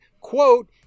Quote